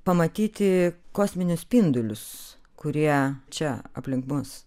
pamatyti kosminius spindulius kurie čia aplink mus